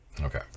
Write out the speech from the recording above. Okay